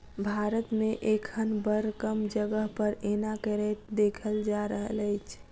भारत मे एखन बड़ कम जगह पर एना करैत देखल जा रहल अछि